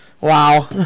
Wow